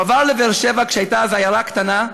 הוא עבר לבאר-שבע, שהייתה אז עיירה קטנה,